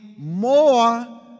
More